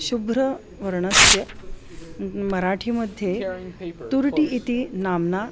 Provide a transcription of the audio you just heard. शुभ्रवर्णस्य मराठीमध्ये तुरुटि इति नाम्ना